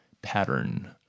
pattern